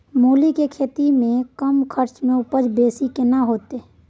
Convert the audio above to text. मूली के खेती में कम खर्च में उपजा बेसी केना होय है?